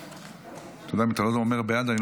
נתקבלו.